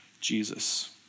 Jesus